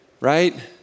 Right